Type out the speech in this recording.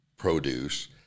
Produce